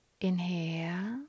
Inhale